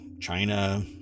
China